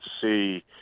see